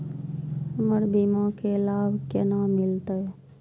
हमर बीमा के लाभ केना मिलते?